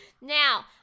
Now